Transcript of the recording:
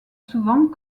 souvent